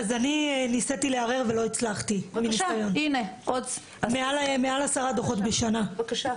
אני ניסיתי לערער ולא הצלחתי, מעל 10 דוחות בשנה,